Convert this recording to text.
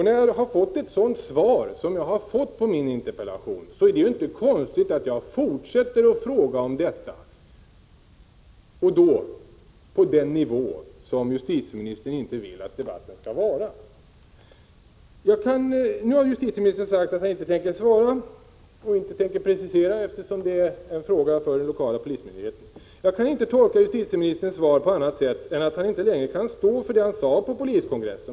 När jag fått ett sådant svar som det jag fått på min interpellation, så är det ju inte konstigt att jag fortsätter att fråga om detta och då för debatten på en nivå där justitieministern inte vill att den skall föras. Nu har justitieministern sagt att han inte tänker svara och inte tänker precisera sig, eftersom detta är en fråga för den lokala polismyndigheten. Jag kan inte tolka justitieministerns svar på annat sätt än att han inte längre kan stå för det han sade på Polisförbundets kongress.